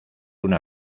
una